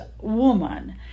woman